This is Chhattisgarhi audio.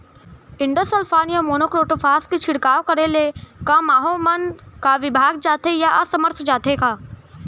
इंडोसल्फान या मोनो क्रोटोफास के छिड़काव करे ले क माहो मन का विभाग जाथे या असमर्थ जाथे का?